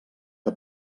que